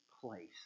place